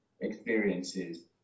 experiences